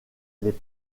les